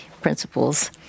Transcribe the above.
principles